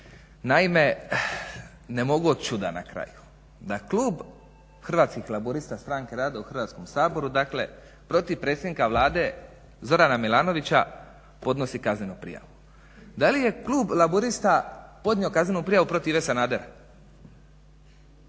Naime ne mogu od čuda na kraju, da klub Hrvatskih laburista – Stranke rada u Hrvatskom saboru dakle protiv predsjednika Vlade Zorana Milanovića podnosi kaznenu prijavu. Da li je klub laburista podnio kaznenu prijavu protiv Ive Sanadera?